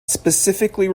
specifically